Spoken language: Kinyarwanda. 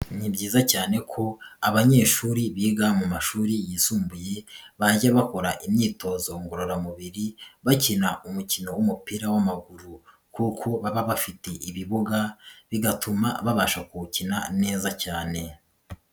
Ni byiza cyane ko abanyeshuri biga mu mashuri yisumbuye, bajya bakora imyitozo ngororamubiri, bakina umukino w'umupira w'amaguru kuko baba bafite ibibuga, bigatuma babasha kuwukina neza cyane.